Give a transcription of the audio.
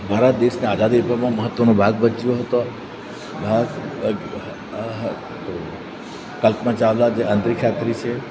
ભારત દેશને આઝાદી અપાવવામાં મહત્ત્વનો ભાગ ભજવ્યો હતો ભાગ કલ્પના ચાવલા જે અંતરીક્ષ યાત્રી છે